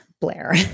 Blair